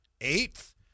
eighth